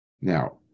Now